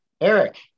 Eric